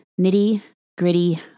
nitty-gritty